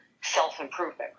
self-improvement